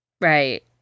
right